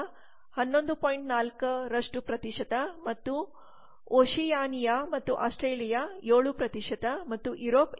4 ಮತ್ತು ಓಷಿಯಾನಿಯಾ ಮತ್ತು ಆಸ್ಟ್ರೇಲಿಯಾ 7 ಮತ್ತು ಯುರೋಪ್ 21